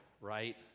right